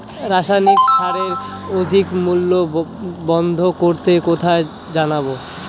রাসায়নিক সারের অধিক মূল্য বন্ধ করতে কোথায় জানাবো?